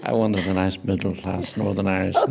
i wanted a nice middle class northern irish